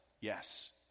yes